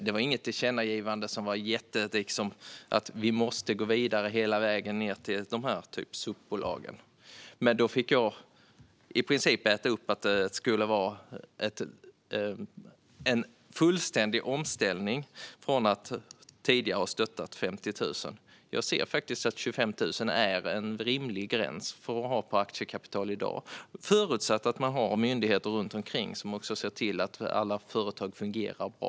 Det var inget tillkännagivande som krävde att man måste gå hela vägen ned till SUP-bolagens nivå. Jag blev då anklagad för en fullständig omsvängning eftersom jag tidigare hade stöttat 50 000. Jag anser att 25 000 är en rimlig gräns på aktiekapital, förutsatt att man har myndigheter runt omkring som ser till att alla företag fungerar bra.